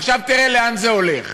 עכשיו תראה לאן זה הולך,